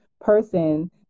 person